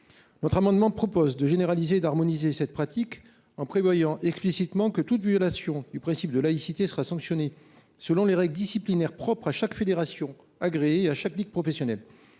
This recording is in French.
football. Nous proposons de généraliser et d’harmoniser cette pratique en prévoyant explicitement que toute violation du principe de laïcité sera sanctionnée selon les règles disciplinaires propres à chaque fédération agréée et à chaque ligue professionnelle.